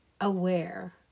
aware